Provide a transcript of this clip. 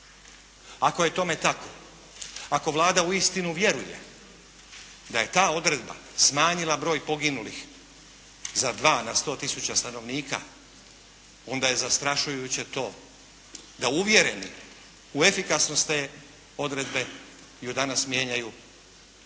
Ako je tome tako, ako Vlada uistinu vjeruje da je ta odredba smanjila broj poginulih za 2 na 100 tisuća stanovnika onda je zastrašujuće to da uvjereni u efikasnost te odredbe ju danas mijenjaju na